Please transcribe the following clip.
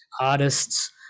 artists